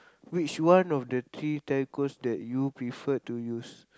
which one of the three Telcos that you prefer to use